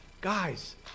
guys